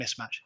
mismatch